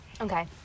Okay